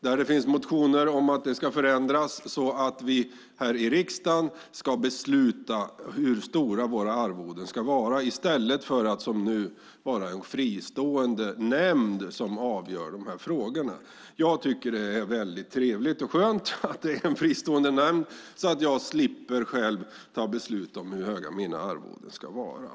Det finns motioner om förändringar, om att vi här i riksdagen ska besluta om storleken på våra arvoden - detta i stället för att som nu ha en fristående nämnd som avgör de här frågorna. Jag tycker att det är väldigt trevligt och skönt att det finns en fristående nämnd så att jag slipper fatta beslut om hur höga mina arvoden ska vara.